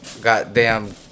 Goddamn